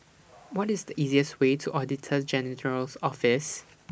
What IS The easiest Way to Auditor General's Office